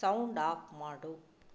sound off ಮಾಡು